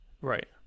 Right